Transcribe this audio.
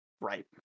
Right